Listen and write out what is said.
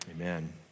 Amen